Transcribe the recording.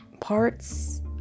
parts